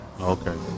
Okay